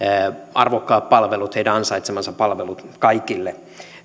arvokkaat palvelut heidän ansaitsemansa palvelut kaikille